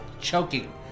choking